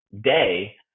day